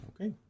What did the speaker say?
Okay